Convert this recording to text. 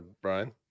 Brian